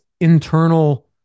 internal